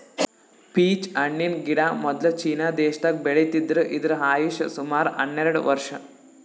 peach ಹಣ್ಣಿನ್ ಗಿಡ ಮೊದ್ಲ ಚೀನಾ ದೇಶದಾಗ್ ಬೆಳಿತಿದ್ರು ಇದ್ರ್ ಆಯುಷ್ ಸುಮಾರ್ ಹನ್ನೆರಡ್ ವರ್ಷ್